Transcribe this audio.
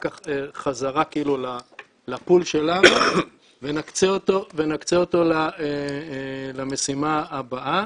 כך חזרה לפול שלנו ונקצה אותו למשימה הבאה.